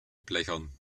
blechern